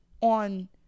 on